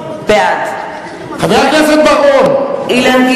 בעד חבר הכנסת בר-און.